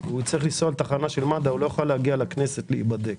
וצריך לנסוע לתחנה של מד"א לא יוכל להגיע לכנסת להיבדק